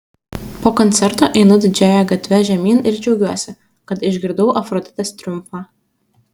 po koncerto einu didžiąja gatve žemyn ir džiaugiuosi kad išgirdau afroditės triumfą